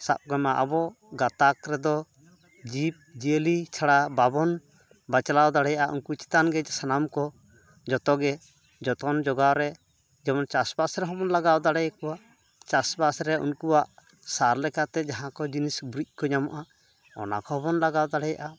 ᱥᱟᱵᱽᱠᱟᱜ ᱢᱮ ᱟᱵᱚ ᱜᱟᱛᱟᱠ ᱨᱮᱫᱚ ᱡᱤᱵᱽ ᱡᱤᱭᱟᱹᱞᱤ ᱪᱷᱟᱲᱟ ᱵᱟᱵᱚᱱ ᱵᱟᱧᱞᱟᱣ ᱫᱟᱲᱮᱭᱟᱜᱼᱟ ᱩᱱᱠᱩ ᱪᱮᱛᱟᱱᱜᱮ ᱥᱟᱱᱟᱢ ᱠᱚ ᱡᱚᱛᱚᱜᱮ ᱡᱚᱛᱚᱱ ᱡᱳᱜᱟᱣᱨᱮ ᱡᱮᱢᱚᱱ ᱪᱟᱥᱼᱵᱟᱥ ᱨᱮᱦᱚᱸᱵᱚᱱ ᱞᱟᱜᱟᱣ ᱫᱟᱲᱮ ᱟᱠᱚᱣᱟ ᱪᱟᱥᱼᱵᱟᱥᱨᱮ ᱩᱱᱠᱚᱣᱟᱜ ᱥᱟᱨ ᱞᱮᱠᱟᱛᱮ ᱡᱟᱦᱟᱸᱠᱚ ᱡᱤᱱᱤᱥ ᱜᱩᱨᱤᱡᱠᱚ ᱧᱟᱢᱚᱜᱼᱟ ᱚᱱᱟ ᱠᱚᱦᱚᱸ ᱵᱚᱱ ᱞᱟᱜᱟᱣ ᱫᱟᱲᱮᱭᱟᱜᱼᱟ